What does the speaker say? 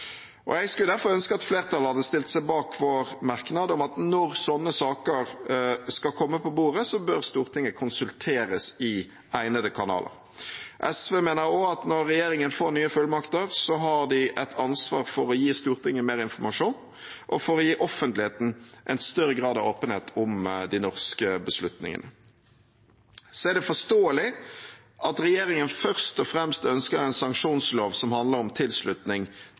Jeg skulle derfor ønske at flertallet hadde stilt seg bak vår merknad om at når sånne saker skal komme på bordet, bør Stortinget konsulteres i egnede kanaler. SV mener også at når regjeringen får nye fullmakter, har de et ansvar for å gi Stortinget mer informasjon og for å gi offentligheten en større grad av åpenhet om de norske beslutningene. Det er forståelig at regjeringen først og fremst ønsker en sanksjonslov som handler om tilslutning